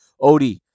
Odie